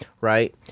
right